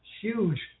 huge